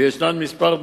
ויש כמה דמויות.